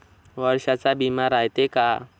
वर्षाचा बिमा रायते का?